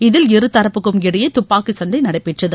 இதில் இருதரப்புக்கும் இடையே துப்பாக்கிச்சண்டை நடைபெற்றது